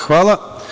Hvala.